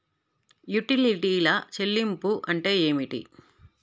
యుటిలిటీల చెల్లింపు అంటే ఏమిటి?